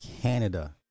Canada